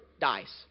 dies